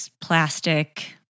plastic